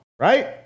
Right